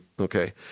Okay